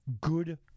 good